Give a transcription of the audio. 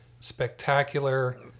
spectacular